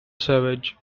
savage